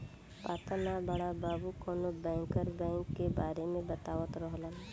पाता ना बड़ा बाबु कवनो बैंकर बैंक के बारे में बतावत रहलन